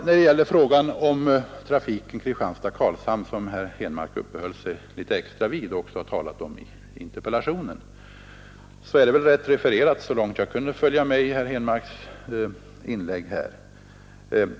När det gäller frågan om trafiken mellan Kristianstad och Karlshamn, som herr Henmark uppehöll sig litet extra vid och också har berört i interpellationen, har herr Henmark i sitt inlägg — så långt jag kunde följa med — refererat det hela riktigt.